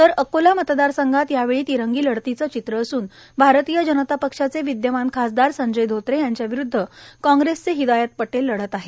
तर अकोला मतदारसंघात यावेळी तिरंगी लढतीचे चित्र असून भारतीय जनता पक्षाचे विद्यमान खासदार संजय धोत्रे यांच्या विरूद्ध कांग्रेसचे हिदायत पटेल लढत आहेत